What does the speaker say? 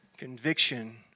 Conviction